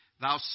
Thou